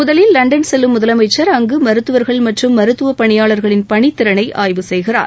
முதலில் லண்டன் செல்லும் முதலமைச்சா் அங்கு மருத்துவர்கள் மற்றும் மருத்துவப் பணியாளர்களின் பணித்திறனை ஆய்வு செய்கிறார்